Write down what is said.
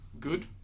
good